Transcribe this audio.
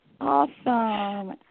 Awesome